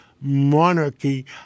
monarchy